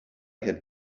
had